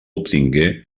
obtingué